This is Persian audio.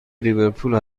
لیورپول